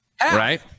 right